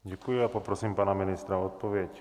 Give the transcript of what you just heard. Děkuji a poprosím pana ministra o odpověď.